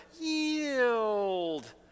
Yield